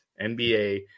NBA